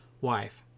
wife